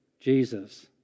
Jesus